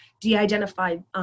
de-identified